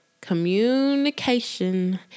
communication